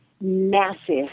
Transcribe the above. massive